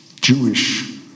Jewish